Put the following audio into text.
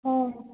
हो